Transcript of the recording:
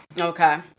Okay